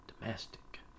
Domestic